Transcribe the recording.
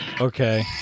Okay